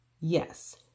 Yes